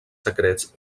secrets